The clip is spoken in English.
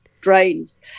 drains